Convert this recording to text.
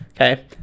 Okay